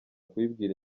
kubibwira